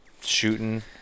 shooting